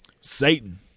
Satan